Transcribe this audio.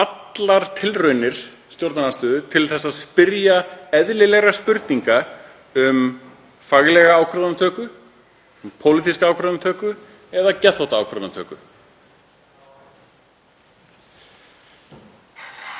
allar tilraunir stjórnarandstöðu til að spyrja eðlilegra spurninga um faglega ákvarðanatöku, pólitíska ákvarðanatöku eða geðþóttaákvarðanatöku.